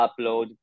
upload